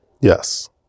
Yes